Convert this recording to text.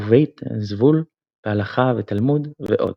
ו"בית זבול" בהלכה ותלמוד, ועוד.